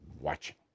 watching